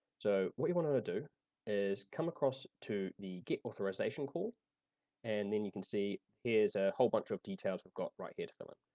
so, what you wanna do is come across to the get authorization call and then you can see here's a whole bunch of details we've got right here to fill in.